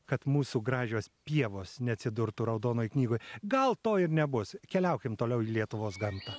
kad mūsų gražios pievos neatsidurtų raudonoj knygoje gal to ir nebus keliaukim toliau į lietuvos gamtą